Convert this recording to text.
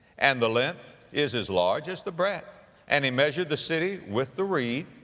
and the length is as large as the breadth and he measured the city with the reed,